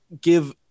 give